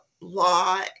law